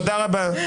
תודה רבה.